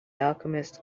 alchemist